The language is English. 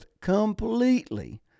completely